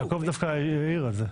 יעקב דווקא העיר על זה.